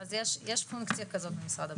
אז יש פונקציה כזאת במשרד הבריאות.